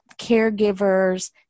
caregivers